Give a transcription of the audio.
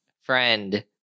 Friend